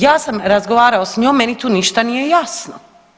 Ja sam razgovarao sa njom, meni tu ništa nije jasno.